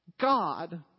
God